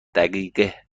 دقیقه